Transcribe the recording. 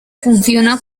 funciona